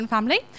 Family